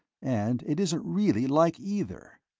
and it isn't really like either.